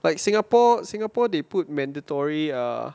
like singapore singapore they put mandatory err